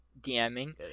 DMing